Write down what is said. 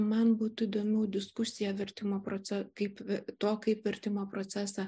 man būtų įdomiau diskusija vertimo procesą kaip to kaip artimą procesą